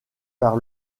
par